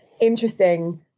interesting